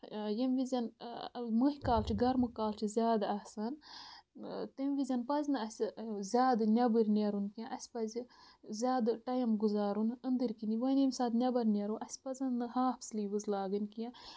ییٚمہِ وِزیٚن مٔہۍ کال چھُ گرمہٕ کال چھُ زیادٕ آسان تَمہِ وِزین پَزِ نہٕ اَسہِ زیادٕ نیٚبٕرۍ نیرُن کیٚنٛہہ اَسہِ پَزِ زیادٕ ٹایم گُزارُن أندٕرۍ کِنۍ وۄنۍ ییٚمہِ ساتہٕ نیٚبر نیرو اَسہِ پَزَن نہٕ ہاف سِلیٖوٕز لاگٕنۍ کیٚنٛہہ